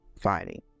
fighting